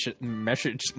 message